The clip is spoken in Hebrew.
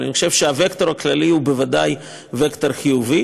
אני חושב שהווקטור הכללי הוא בוודאי וקטור חיובי.